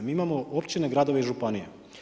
Mi imao općine, gradove i županije.